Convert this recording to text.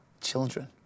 children